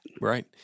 Right